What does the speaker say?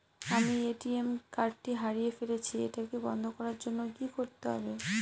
আমি ATM card টি হারিয়ে ফেলেছি এটাকে বন্ধ করার জন্য কি করতে হবে?